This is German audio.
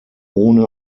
ohne